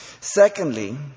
Secondly